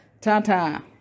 tata